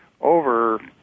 over